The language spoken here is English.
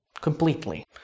Completely